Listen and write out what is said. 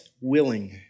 willing